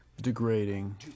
degrading